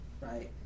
right